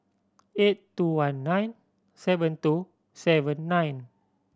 eight two one nine seven two seven nine